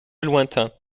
lointains